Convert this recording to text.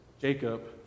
Jacob